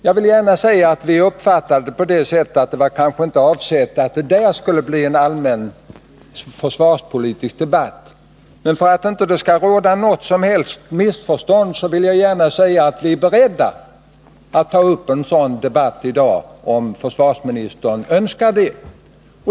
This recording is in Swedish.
Jag vill gärna säga att vi uppfattade detta på det sättet att avsikten kanske inte var att det skulle bli en allmän försvarspolitisk debatt då. Men för att det inte skall råda något som helst missförstånd vill jag gärna säga att vi är beredda att ta upp en sådan debatt i dag, om försvarsministern önskar det.